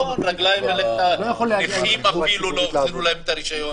מי שגר בפריפריה לא יכול להגיע -- אפילו לנכים לא החזירו את הרישיון.